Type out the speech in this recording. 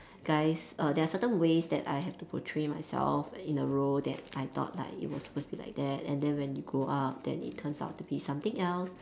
guys uh there are certain ways that I have to portray myself in a role that I thought like it was supposed to be like that and then when you grow up then it turns out to be something else